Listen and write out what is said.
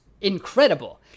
incredible